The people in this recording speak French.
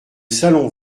salon